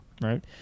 right